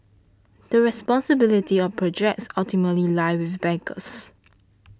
the responsibility of projects ultimately lie with backers